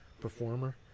Performer